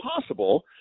possible